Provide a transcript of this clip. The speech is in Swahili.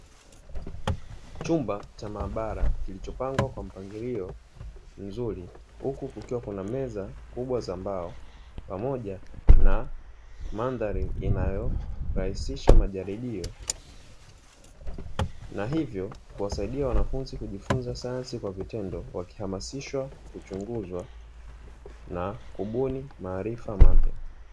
Chumba cha maabara kilichopangwa kwa mpangilio mzuri, huku kukiwa kuna meza kubwa za mbao pamoja na mandhari inayorahisisha majaribio. Na hivyo kuwasaidia wanafunzi kujifunza sayansi kwa vitendo, wakihamasishwa kuchunguzwa na kubuni maarifa mapya.